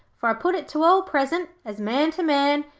for i put it to all present, as man to man,